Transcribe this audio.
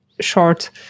short